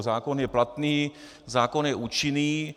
Zákon je platný, zákon je účinný.